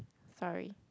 sorry